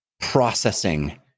processing